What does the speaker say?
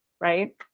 right